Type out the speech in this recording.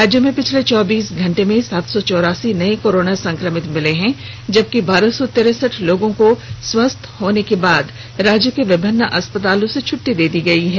राज्य में पिछले चौबीस घंटे में सात सौ चौरासी नए कोरोना संक्रमित मिले हैं जबकि बारह सौ तिरसठ लोगों को स्वस्थ होने के बाद राज्य के विभिन्न अस्पतालों से छुटटी दे दी गई है